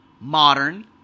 modern